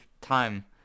time